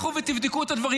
לכו ותבדקו את הדברים.